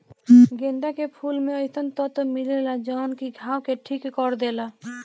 गेंदा के फूल में अइसन तत्व मिलेला जवन की घाव के ठीक कर देला